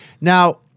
Now